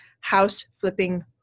house-flipping